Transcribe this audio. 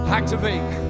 Activate